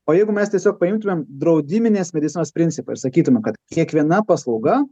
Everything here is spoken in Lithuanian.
o jeigu mes tiesiog paimtumėm draudiminės medicinos principą ir sakytumėm kad kiekviena paslauga